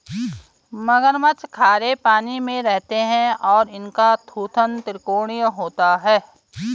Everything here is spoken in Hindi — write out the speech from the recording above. मगरमच्छ खारे पानी में रहते हैं और इनका थूथन त्रिकोणीय होता है